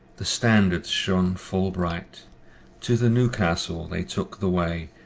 the standards shone full bright to the newcastle they took the way,